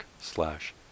slash